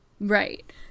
Right